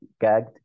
gagged